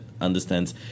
understands